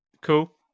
cool